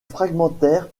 fragmentaire